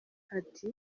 ati